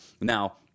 Now